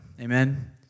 Amen